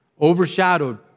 overshadowed